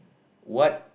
what